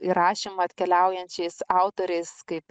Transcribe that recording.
į rašymą atkeliaujančiais autoriais kaip